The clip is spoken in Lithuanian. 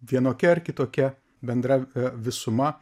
vienokia ar kitokia bendra visuma